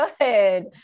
good